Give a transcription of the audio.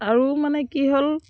আৰু মানে কি হ'ল